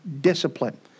discipline